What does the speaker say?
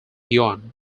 yuan